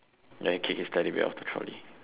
then the kid's taking Teddy bear out of the trolley